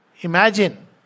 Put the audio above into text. imagine